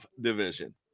division